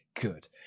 good